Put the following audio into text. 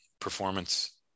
performance